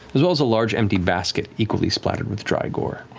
there's also a large empty basket, equally splattered with dry gore.